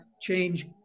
change